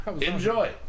Enjoy